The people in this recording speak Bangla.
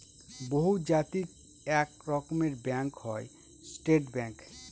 বহুজাতিক এক রকমের ব্যাঙ্ক হয় স্টেট ব্যাঙ্ক